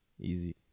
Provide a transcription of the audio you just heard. Easy